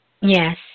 Yes